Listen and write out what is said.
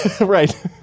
right